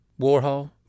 Warhol